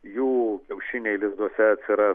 jų kiaušiniai lizduose atsiras